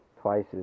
twice